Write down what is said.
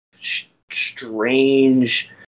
strange